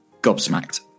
gobsmacked